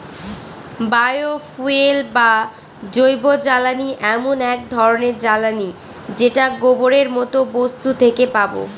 বায় fuel বা জৈবজ্বালানী এমন এক ধরনের জ্বালানী যেটা গোবরের মতো বস্তু থেকে পাবো